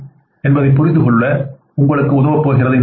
என்பதைப் புரிந்துகொள்ள உங்களுக்கு உதவப் போகிறது இந்தப் படம்